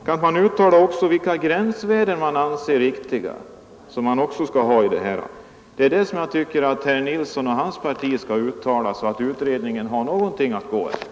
Kan man också uttala vilka gränsvärden man anser riktiga? Detta vill jag att herr Nilsson i Växjö och hans parti skall klargöra, så att utredningen får någonting att gå efter.